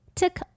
took